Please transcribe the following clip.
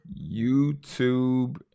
YouTube